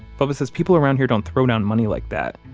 bubba says people around here don't throw down money like that.